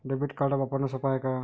Debit card वापरणं सोप हाय का?